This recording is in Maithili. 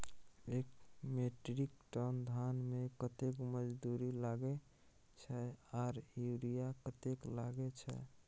एक मेट्रिक टन धान में कतेक मजदूरी लागे छै आर यूरिया कतेक लागे छै?